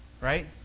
Right